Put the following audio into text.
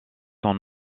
sont